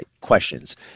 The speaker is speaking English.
Questions